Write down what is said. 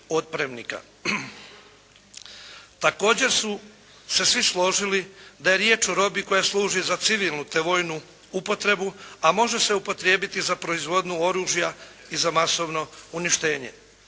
Također su se svi složili da je riječ o robi koja služi za civilnu te vojnu upotrebu a može se upotrijebiti za proizvodnju oružja i za masovno uništenje.